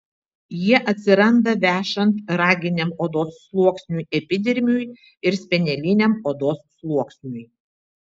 jie atsiranda vešant raginiam odos sluoksniui epidermiui ir speneliniam odos sluoksniui